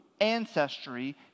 ancestry